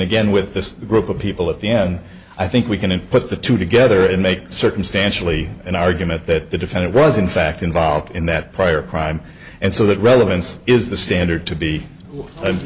again with this group of people at the end i think we can put the two together and make circumstantially an argument that the defendant was in fact involved in that prior crime and so that relevance is the standard to be